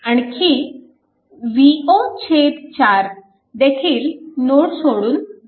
आणखी V0 4 देखील node सोडून जात आहे